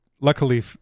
luckily